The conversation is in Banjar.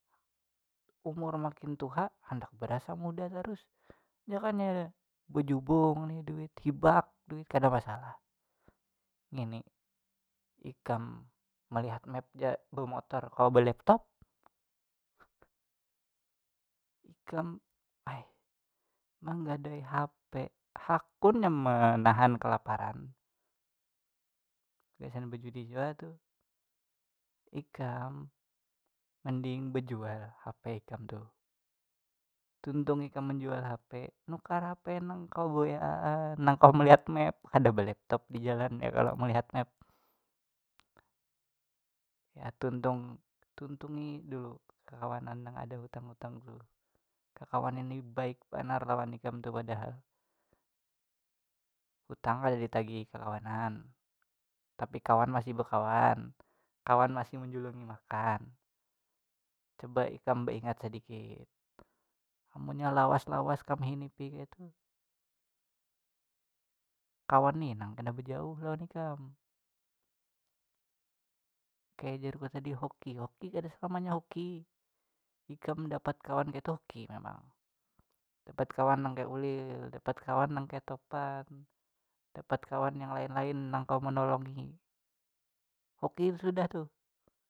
Umur makin tuha handak berasa muda tarus jakanya bejubung ni duit hibak duit kada masalah ngini ikam malihat map ja bemotor kawa belaptop, ikam aih menggadai hp hakunnya menahan kelaparan gasan bajudi jua tu ikam mending bejual hp ikam tuh tuntung ikam bajual hp nukar hp nang kawa bewa- an nang kawa malihat map kada belaptop dijalan ya kalo malihat map, ya tuntung tuntungi dulu kakawanan nang ada hutang hutang tuh kakawanan nih baik banar padahal lawan ikam tu padahal, hutang kada ditagih kakawanan tapi kawan masih bakawan, kawan masih manjulungi makan coba ikam baingat sadikit amunnya lawas lawas kam hinipi kayatu kawan ni nang kena bejauh lawan ikam, kaya jarku tadi hoki hoki kada salamanya hoki ikam dapat kawan kayatu hoki memang, dapat kawan nang kaya ulil dapat kawan nag kaya tovan dapat kawan yang lain lain nang kawa menolongi hoki sudah tuh.